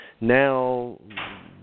Now